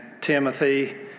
Timothy